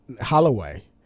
Holloway